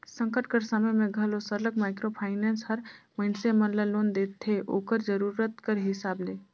संकट कर समे में घलो सरलग माइक्रो फाइनेंस हर मइनसे मन ल लोन देथे ओकर जरूरत कर हिसाब ले